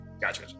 gotcha